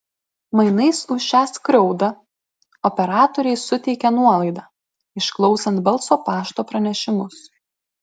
mainais už šią skriaudą operatoriai suteikė nuolaidą išklausant balso pašto pranešimus